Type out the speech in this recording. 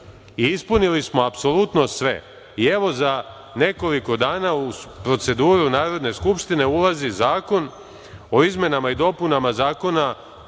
ispunili smo sve i evo za nekoliko dana u proceduru Narodne Skupštine ulazi zakon o izmenama i dopunama Zakona